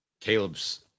Caleb's